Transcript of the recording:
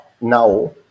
now